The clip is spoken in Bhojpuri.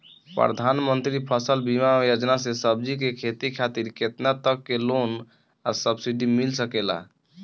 प्रधानमंत्री फसल बीमा योजना से सब्जी के खेती खातिर केतना तक के लोन आ सब्सिडी मिल सकेला?